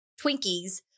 Twinkies